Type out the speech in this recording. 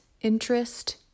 interest